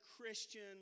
Christian